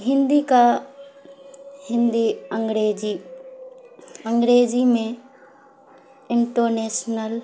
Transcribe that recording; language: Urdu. ہندی کا ہندی انگریجی انگریزی میں انٹر نیشنل